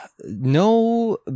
no